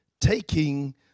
taking